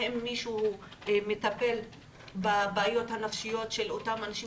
האם מישהו מטפל בבעיות הנפשיות של אותם אנשים